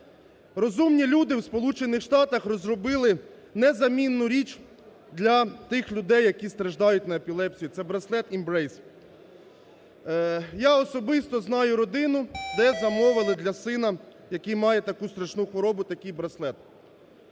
Розумні люди у Сполучених Штатах розробили незамінну річ для тих людей, які страждають на епілепсію, це браслет Embrace. Я особисто знаю родину, де замовили для сина, який має таку страшну хворобу, такий браслет.